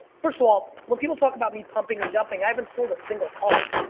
first of all, when people talk about me pumping and dumping, i haven't sold a single card.